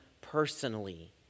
personally